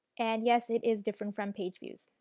and yes, it is different from page views.